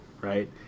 right